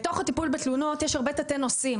בתוך הטיפול בתלונות יש הרבה תתי-נושאים,